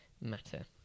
matter